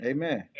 Amen